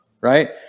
Right